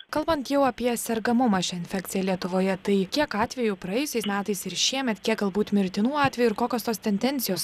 kalbant jau apie sergamumą šia infekcija lietuvoje tai kiek atvejų praėjusiais metais ir šiemet kiek galbūt mirtinų atvejų ir kokios tos tendencijos